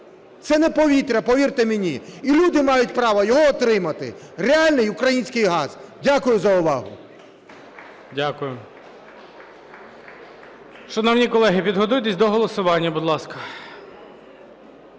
Це не повітря, повірте мені. І люди мають право його отримати, реальний і український газ. Дякую за увагу. ГОЛОВУЮЧИЙ. Дякую. Шановні колеги, підготуйсь до голосування, будь ласка.